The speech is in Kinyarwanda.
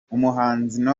umuhanzikazi